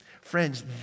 Friends